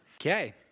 Okay